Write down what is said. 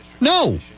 No